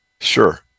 Sure